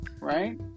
right